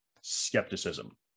skepticism